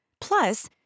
Plus